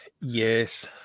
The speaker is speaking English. yes